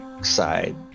side